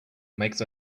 makes